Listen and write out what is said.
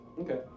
Okay